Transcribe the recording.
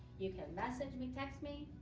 you can message me, text me,